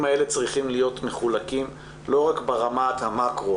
אנחנו נחשפים פעם אחר פעם שמבחינת התמיכות של המדינה,